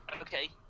Okay